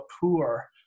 poor